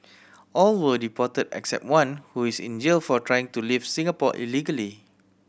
all were deported except one who is in jail for trying to leave Singapore illegally